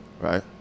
Right